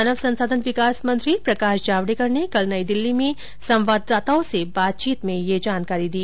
मानव संसाधन विकास मंत्री प्रकाश जावड़ेकर ने कल नई दिल्ली में संवाददाताओं से बातचीत में ये जानकारी दी